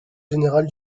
général